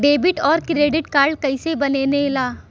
Debit और credit card कईसे बने ने ला?